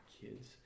kids